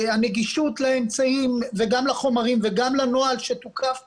הנגישות לאמצעים וגם לחומרים וגם לנוהל שתוקף פעמיים,